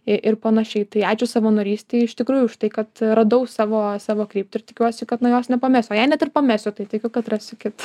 ir ir panašiai tai ačiū savanorystei iš tikrųjų už tai kad radau savo savo kryptį ir tikiuosi kad na jos nepamesiu o jei net ir pamesiu tai tikiu kad rasiu kitą